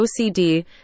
OCD